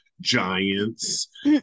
giants